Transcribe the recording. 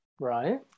right